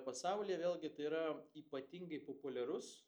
pasauly vėlgi tai yra ypatingai populiarus